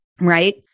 Right